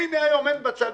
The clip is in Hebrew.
והנה היום אין בצל.